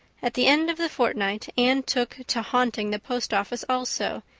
at the end of the fortnight anne took to haunting the post office also,